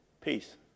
Peace